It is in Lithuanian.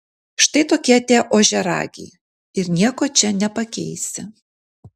štai tokie tie ožiaragiai ir nieko čia nepakeisi